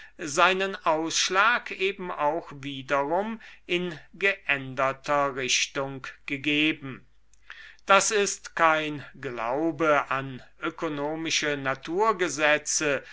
seinen ausschlag eben auch wiederum in geänderter richtung gegeben das ist kein glaube an ökonomische naturgesetze